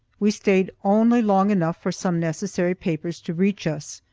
we stayed only long enough for some necessary papers to reach us,